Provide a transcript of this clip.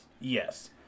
Yes